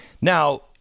now